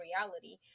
reality